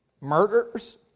Murders